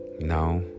Now